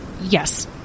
yes